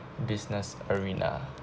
business arena